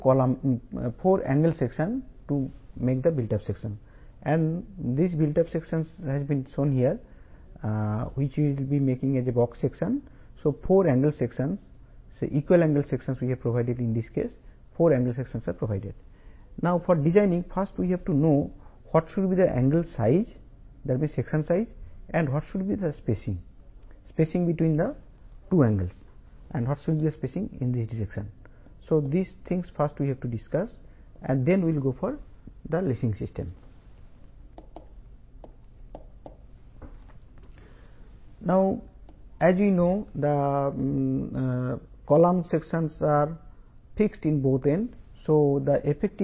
ఇక్కడ angle sections అంటే నాలుగు యాంగిల్ సెక్షన్స్ అనుసంధానించబడి ఉంటే యాంగిల్ యొక్క సెక్షనల్ ఏరియా ను ఎలా కనుగొనాలి యాంగిల్ యొక్క స్పేసింగ్ ను ఎలా చేయాలి తరువాత లేసింగ్ సిస్టమ్స్ ఇవన్నీ చూస్తాము